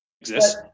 exists